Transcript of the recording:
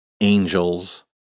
angels